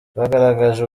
bagaragaje